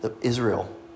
Israel